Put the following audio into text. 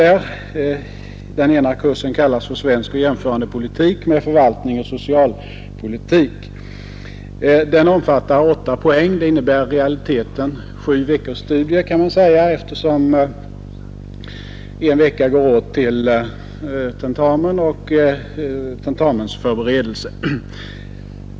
Den ena kallas svensk och jämförande politik med förvaltning och sociologi. Den omfattar åtta poäng. Det innebär i realiteten ungefär sju veckors studier, eftersom en vecka går åt till tentamen och tentamensförberedelser.